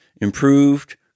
improved